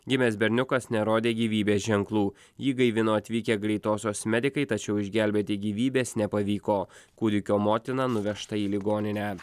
gimęs berniukas nerodė gyvybės ženklų jį gaivino atvykę greitosios medikai tačiau išgelbėti gyvybės nepavyko kūdikio motina nuvežta į ligoninę